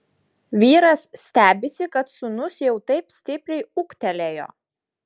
vyras stebisi kad sūnus jau taip stipriai ūgtelėjo